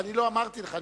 אני לא אמרתי לך.